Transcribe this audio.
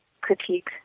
critique